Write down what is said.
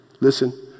Listen